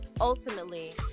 ultimately